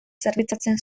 zerbitzatzen